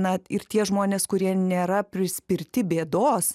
na ir tie žmonės kurie nėra prispirti bėdos